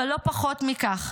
אבל לא פחות מכך,